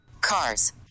Cars